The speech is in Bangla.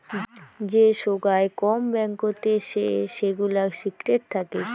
যে সোগায় কম ব্যাঙ্কতে সে সেগুলা সিক্রেট থাকি